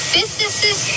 businesses